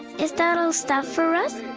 is that all stuff for us?